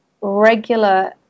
regular